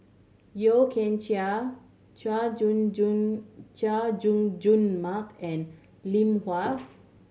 Yeo Kian Chai Chay Jung Jun Chay Jung Jun Mark and Lim Yau